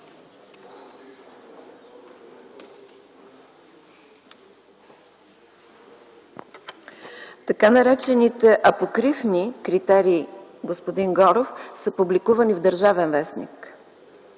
Така наречените апокрифни критерии, господин Горов, са публикувани в „Държавен вестник”,